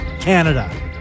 Canada